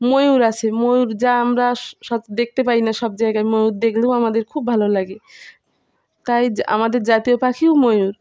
ময়ূর আছে ময়ূর যা আমরা স দেখতে পাই না সব জায়গায় ময়ূর দেখলেও আমাদের খুব ভালো লাগে তাই আমাদের জাতীয় পাখিও ময়ূর